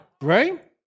right